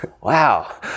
Wow